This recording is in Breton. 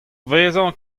vezañ